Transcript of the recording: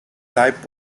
type